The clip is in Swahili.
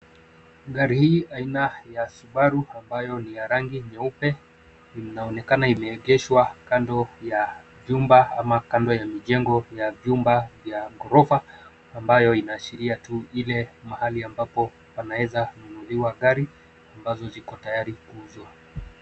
Gari hii aina ya subaru ambayo ni ya rangi nyeupe inaonekana imeegeshwa kando ya vyumba ama kando ya mijengo ya vyumba vya ghorofa ambayo inaashiria tu ile mahali ambapo panaeza nunuliwa gari ambazo ziko tayari kuuzwa.